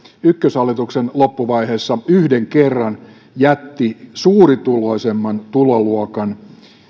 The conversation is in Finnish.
ykköshallituksen loppuvaiheessa yhden kerran jätti suurituloisimman tuloluokan